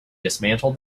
dismantled